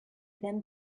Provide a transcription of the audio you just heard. then